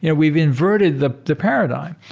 yeah we've inverted the the paradigm.